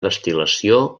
destil·lació